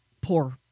poor